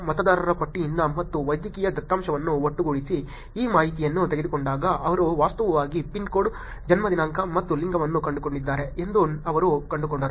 ಮತದಾರರ ಪಟ್ಟಿಯಿಂದ ಮತ್ತು ವೈದ್ಯಕೀಯ ದತ್ತಾಂಶವನ್ನು ಒಟ್ಟುಗೂಡಿಸಿ ಈ ಮಾಹಿತಿಯನ್ನು ತೆಗೆದುಕೊಂಡಾಗ ಅವರು ವಾಸ್ತವವಾಗಿ ಪಿನ್ ಕೋಡ್ ಜನ್ಮ ದಿನಾಂಕ ಮತ್ತು ಲಿಂಗವನ್ನು ಕಂಡುಕೊಂಡಿದ್ದಾರೆ ಎಂದು ಅವರು ಕಂಡುಕೊಂಡರು